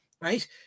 right